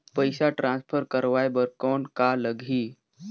पइसा ट्रांसफर करवाय बर कौन का लगही?